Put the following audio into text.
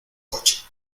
coche